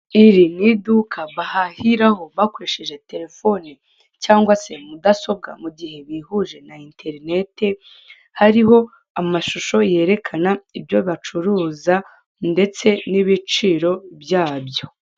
Iri ni iduka bahahiramo bakoresheje terefone cyangwa mudasobwa mu gihe bihuje na interineti hariho amashusho yerekana ibyo bacuruza ndetse n'ibiciro byabyo.